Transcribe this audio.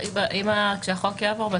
כשהחוק יעבור,